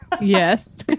Yes